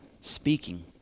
speaking